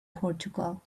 portugal